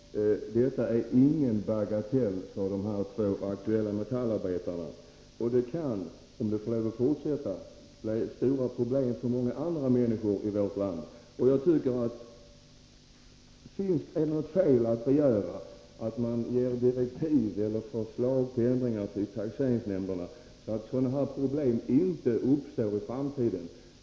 Herr talman! Detta är ingen bagatell för de två aktuella metallarbetarna. Om förhållandena får lov att fortsätta kan det bli stora problem för många andra människor i vårt land. Är det fel att begära att det ges direktiv eller förslag på ändringar till taxeringsnämnderna, så att liknande problem inte uppstår i framtiden?